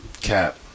Cap